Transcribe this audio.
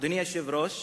הוא מוכן,